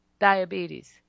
Diabetes